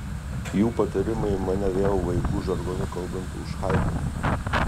jų patarimai mane vėl vaikų žargonu kalbant užhaipina